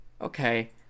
okay